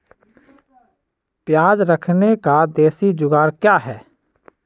प्याज रखने का देसी जुगाड़ क्या है?